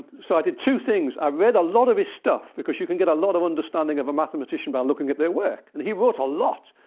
so i did two things. i read a lot of his stuff, because you can get a lot of understanding of a mathematician by looking at their work. and he wrote a lot.